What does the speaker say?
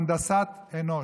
הנדסת אנוש.